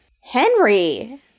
Henry